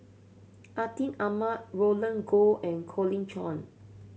Atin Amat Roland Goh and Colin Cheong